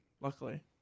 Luckily